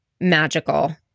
magical